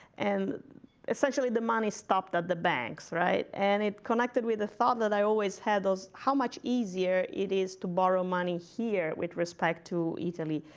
and essentially, the money stopped at the banks, right? and it connected with the thought that i always had was how much easier it is to borrow money here with respect to italy.